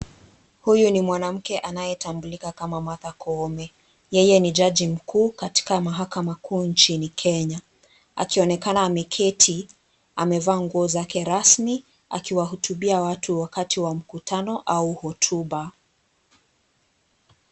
Huyu ni mwanamke anaeyetambulika kama Martha Koome. Yeye ni jaji mkuu, katika mahakama kuu nchini Kenya. Akionekana ameketi, amevaa nguo zake rasmi, akiwahutubia watu wakati wa mkutano, au hotuba.